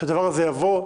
שהדבר הזה יבוא,